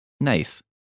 Nice